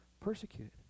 persecuted